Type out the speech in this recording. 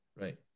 Right